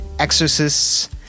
exorcists